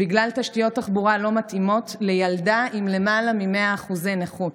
בגלל תשתיות תחבורה לא מתאימות לילדה עם למעלה מ-100% נכות